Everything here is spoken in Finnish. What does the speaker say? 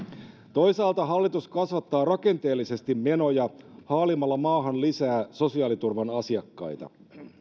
toisaalta hallitus kasvattaa rakenteellisesti menoja haalimalla maahan lisää sosiaaliturvan asiakkaita